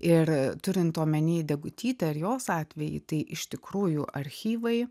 ir turint omeny degutytę ir jos atvejį tai iš tikrųjų archyvai